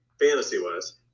Fantasy-wise